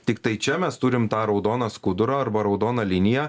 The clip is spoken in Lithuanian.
tiktai čia mes turim tą raudoną skudurą arba raudoną liniją